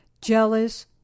jealous